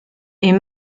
est